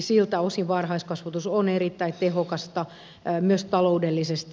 siltä osin varhaiskasvatus on erittäin tehokasta myös taloudellisesti